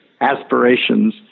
aspirations